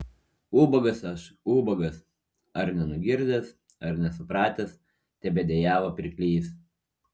ubagas aš ubagas ar nenugirdęs ar nesupratęs tebedejavo pirklys